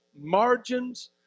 margins